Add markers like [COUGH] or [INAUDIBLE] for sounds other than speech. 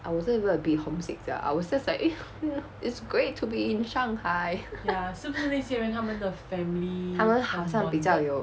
I wasn't able to be homesick sia I was just like eh it's great to be in shanghai [LAUGHS] 他们比较有